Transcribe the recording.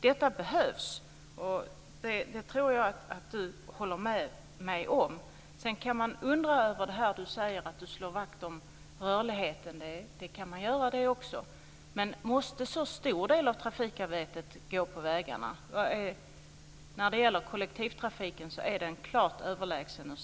Detta behövs, och det tror jag att Birgitta Wistrand håller med mig om.